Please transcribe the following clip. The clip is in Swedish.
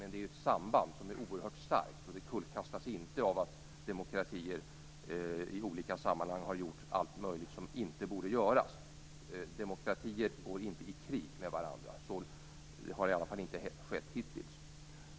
Men det är ju ett oerhört starkt samband, och det kullkastas inte av att demokratier i olika sammanhang har gjort allt möjligt som de inte borde göra. Demokratier går inte i krig med varandra. Så har i alla fall inte skett hittills.